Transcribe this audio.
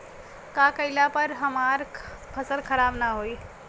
का कइला पर हमार फसल खराब ना होयी?